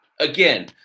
Again